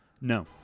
No